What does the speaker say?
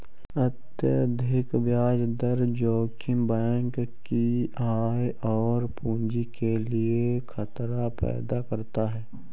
अत्यधिक ब्याज दर जोखिम बैंक की आय और पूंजी के लिए खतरा पैदा करता है